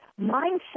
Mindset